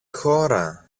χώρα